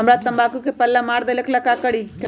हमरा तंबाकू में पल्ला मार देलक ये ला का करी?